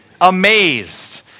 Amazed